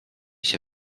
się